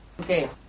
Okay